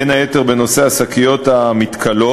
בין היתר בנושא השקיות המתכלות.